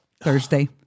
thursday